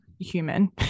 human